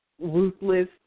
ruthless